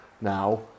now